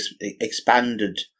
expanded